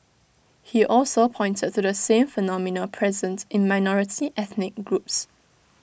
he also pointed to the same phenomena presents in minority ethnic groups